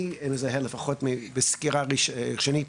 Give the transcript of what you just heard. לפחות בסקירה ראשונית,